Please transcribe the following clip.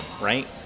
right